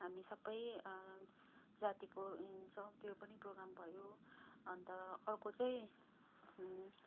हामी सबै जातिको हिँड्छौँ त्यो पनि प्रोग्राम भयो अन्त अर्को चाहिँ